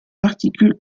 particules